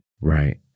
Right